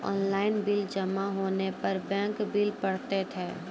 Online bill जमा होने पर बैंक बिल पड़तैत हैं?